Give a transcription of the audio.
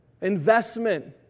investment